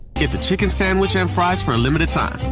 get the chicken sandwich and fries for a limited time.